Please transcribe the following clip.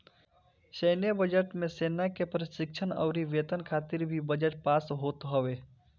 सैन्य बजट मे सेना के प्रशिक्षण अउरी वेतन खातिर भी बजट पास होत हवे